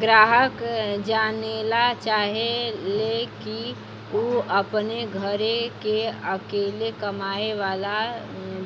ग्राहक जानेला चाहे ले की ऊ अपने घरे के अकेले कमाये वाला